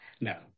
No